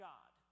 God